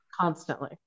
Constantly